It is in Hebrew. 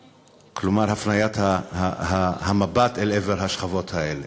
כלומר, הפניית המבט אל עבר השכבות האלה.